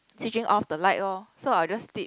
switching off the light lor so I will just sleep